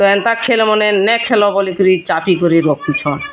ଏନ୍ତା ଖେଲ ମନେ ନାହିଁ ଖେଲ ବୋଲିକରି ଚାପିକରି ରଖୁଛନ୍